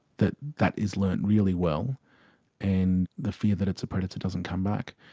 that that is learnt really well and the fear that it's a predator doesn't come back.